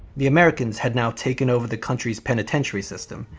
the americans had now taken over the country's penitentiary system,